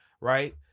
right